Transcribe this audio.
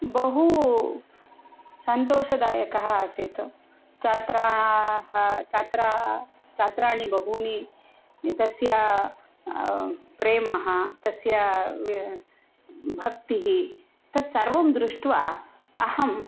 बहु सन्तोषदायकः आसीत् छात्राः छात्रा छात्राः बहूनि तस्य प्रेमः तस्य भक्तिः तत्सर्वं दृष्ट्वा अहं